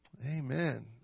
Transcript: Amen